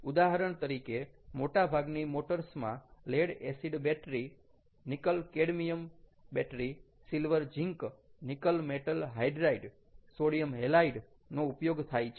ઉદાહરણ તરીકે મોટાભાગની મોટર્સમાં lead acid battery nickel cadmium silver zinc nickel metal hydride sodium halide નો ઉપયોગ થાય છે